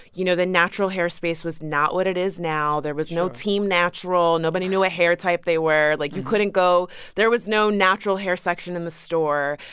you know, the natural hair space was not what it is now. there was no team natural. nobody knew what ah hair type they were. like, you couldn't go there was no natural hair section in the store.